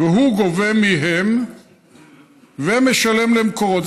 והוא גובה מהם ומשלם למקורות.